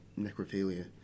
necrophilia